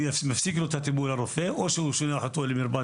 יפסיק לו את הטיפול הרופא או שהוא ישלח אותו למרפאת